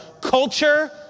culture